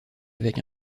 avec